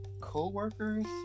co-workers